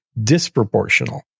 disproportional